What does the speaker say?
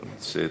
לא נמצאת,